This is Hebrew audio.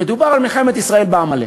מדובר על מלחמת ישראל בעמלק.